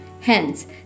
Hence